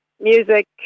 music